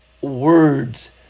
words